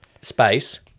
Space